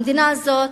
המדינה הזאת,